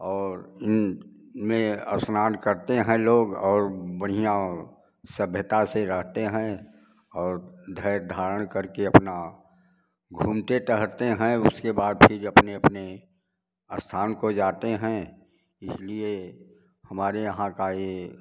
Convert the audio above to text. और में स्नान करते हैं लोग और बढ़िया सभ्यता से रहते हैं और धै धारण करके अपना घूमते टहलते हैं उसके बाद फिर अपने अपने स्थान को जाते हैं इसलिए हमारे यहाँ का यह